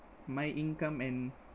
my income and